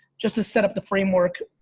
just to set up the framework,